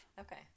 Okay